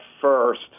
first